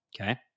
okay